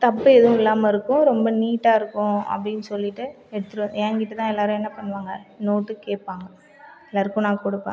தப்பு எதும் இல்லாமல் இருக்கும் ரொம்ப நீட்டாக இருக்கும் அப்படின்னு சொல்லிட்டு எடுத்துட்டு வந் என்கிட்ட தான் எல்லாரும் என்ன பண்ணுவாங்கள் நோட்டு கேட்பாங்க எல்லாருக்கும் நான் கொடுப்பேன்